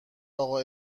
اقا